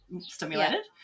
stimulated